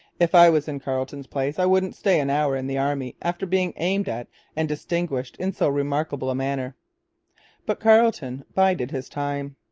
if i was in carleton's place i wouldn't stay an hour in the army after being aimed at and distinguished in so remarkable a manner but carleton bided his time.